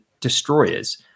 destroyers